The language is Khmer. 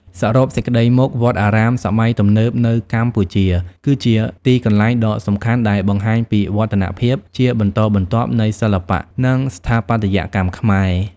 សរុបសេចក្ដីមក វត្តអារាមសម័យទំនើបនៅកម្ពុជា គឺជាទីកន្លែងដ៏សំខាន់ដែលបង្ហាញពីវឌ្ឍនភាពជាបន្តបន្ទាប់នៃសិល្បៈ និងស្ថាបត្យកម្មខ្មែរ។